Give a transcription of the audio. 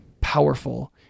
powerful